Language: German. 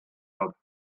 hat